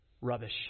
rubbish